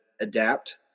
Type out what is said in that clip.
adapt